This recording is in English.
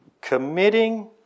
committing